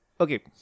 Okay